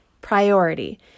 priority